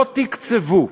לא תקצבו.